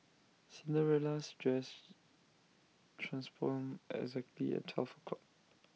Cinderella's dress transformed exactly at twelve o'clock